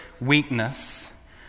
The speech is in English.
weakness